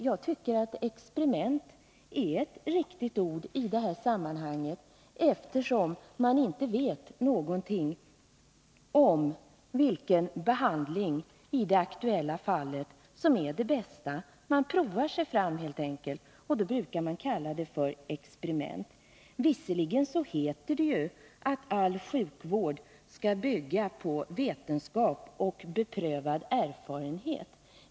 Jag tycker emellertid att experiment är ett riktigt ord i detta sammanhang, eftersom man inte vet någonting om vilken behandling som är det bästa i det aktuella fallet. Man provar sig fram helt enkelt, och då brukar man kalla det för experiment. Visserligen heter det ju att all sjukvård skall bygga på vetenskap och beprövad erfarenhet.